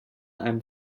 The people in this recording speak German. einem